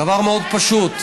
דבר מאוד פשוט: